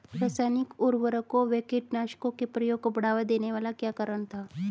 रासायनिक उर्वरकों व कीटनाशकों के प्रयोग को बढ़ावा देने का क्या कारण था?